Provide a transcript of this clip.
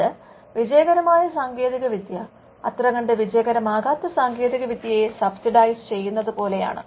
അത് വിജയകരമായ സാങ്കേതികവിദ്യ അത്ര കണ്ട് വിജയകരമാകാത്ത സാങ്കേതിക വിദ്യയെ സബ്സിഡൈസ് ചെയ്യുന്നത് പോലെയാണ്